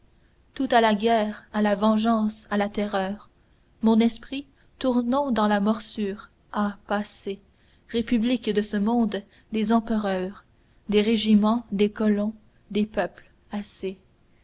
tout à la guerre à la vengeance à la terreur mon esprit tournons dans la morsure ah passez républiques de ce monde des empereurs des régiments des colons des peuples assez